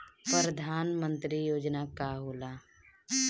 परधान मंतरी योजना का होला?